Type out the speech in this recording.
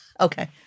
Okay